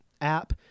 app